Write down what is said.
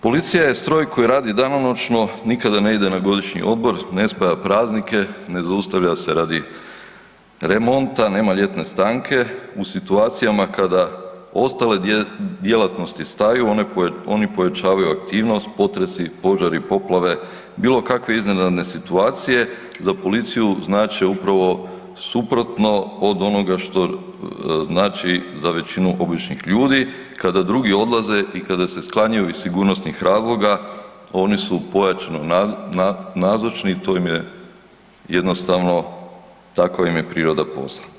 Policija je stroj koji radi danonoćno, nikada ne ide na godišnji odmor, ne spaja praznike, ne zaustavlja se radi remonta, nema ljetne stanke, u situacijama kada ostale djelatnosti staju, oni pojačavaju aktivnost, potresi, požari, poplave, bilo kakve iznenadne situacije za policiju znače upravo suprotno od onoga što znači za većinu običnih ljudi, kada drugi odlaze i kada se sklanjaju iz sigurnosnih razloga, oni su pojačano nazočni i to im je jednostavno, takva im je priroda posla.